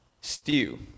stew